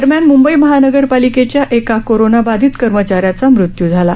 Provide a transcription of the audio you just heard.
दरम्यान मुंबई महानगरपालिकेच्या एका कोरोनाबाधित कर्मचाऱ्याचा मृत्यू झाला